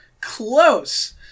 Close